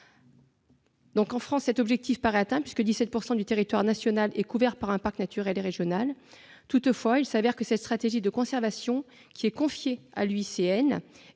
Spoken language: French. En France, cet objectif paraît atteint puisque 17 % du territoire national est couvert par un parc naturel régional ou national. Toutefois, il s'avère que cette stratégie de conservation confiée à l'UICN